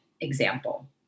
example